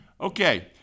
Okay